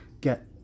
get